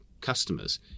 customers